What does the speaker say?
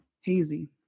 hazy